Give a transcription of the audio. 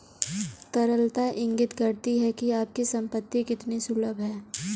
तरलता इंगित करती है कि आपकी संपत्ति कितनी सुलभ है